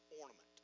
ornament